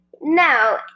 Now